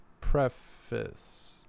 Preface